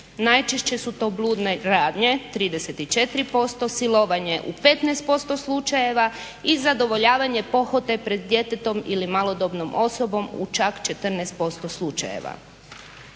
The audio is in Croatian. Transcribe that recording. Najčešće su to bludne radnje 34%, silovanje u 15% slučajeva i zadovoljavanje pohote pred djetetom ili malodobnom osobom u čak 14% slučajeva.